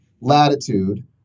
latitude